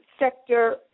sector